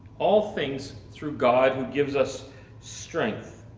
all things through god who gives us strength.